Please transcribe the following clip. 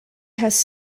has